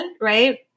right